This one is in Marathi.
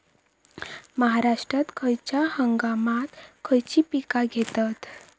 महाराष्ट्रात खयच्या हंगामांत खयची पीका घेतत?